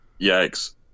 Yikes